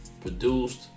produced